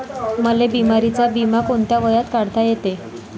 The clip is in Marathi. मले बिमारीचा बिमा कोंत्या वयात काढता येते?